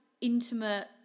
intimate